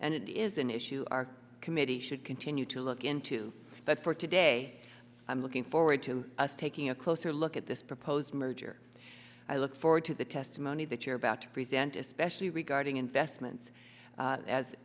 and it is an issue our committee should continue to look into that for today i'm looking forward to us taking a closer look at this proposed merger i look forward to the testimony that you're about to present especially regarding investments